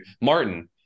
martin